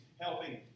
helping